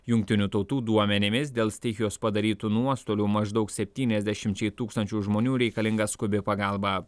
jungtinių tautų duomenimis dėl stichijos padarytų nuostolių maždaug septyniasdešimčiai tūkstančių žmonių reikalinga skubi pagalba